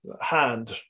hand